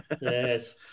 yes